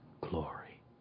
glory